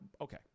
Okay